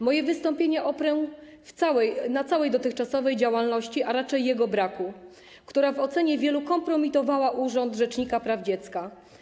Moje wystąpienie oprę na całej dotychczasowej działalności, a raczej jej braku, która w ocenie wielu kompromitowała urząd rzecznika praw dziecka.